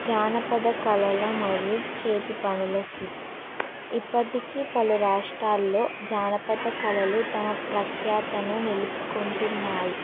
జానపద కళల మరియు చేతి పనుల స్థితి ఇప్పటికీ పలు రాష్ట్రాల్లో జానపద కళలు తమ ప్రఖ్యాతిని నిలుపుకుంటున్నాయి